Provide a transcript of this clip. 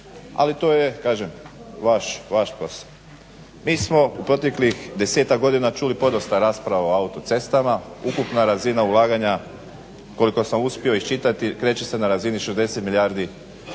ali to je kažem vaš posao. Mi smo u proteklih 10-ak godina čuli podosta rasprava o autocestama. Ukupna razina ulaganja koliko sam uspio iščitati kreće se na razini 60 milijardi kuna.